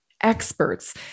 experts